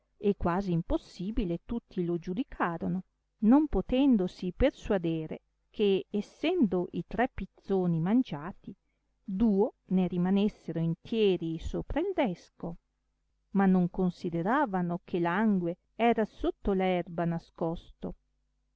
e quasi impossibile tutti lo giudicarono non potendosi persuadere che essendo i tre pizzoni mangiati duo ne rimanessero intieri sopra il desco ma non consideravano che l'angue era sotto l'erba nascosto